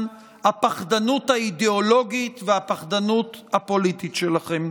הפחדנות האידאולוגית והפחדנות הפוליטית שלכם.